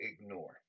ignore